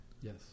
yes